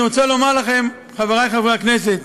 אני רוצה לומר לכם, חברי חברי הכנסת,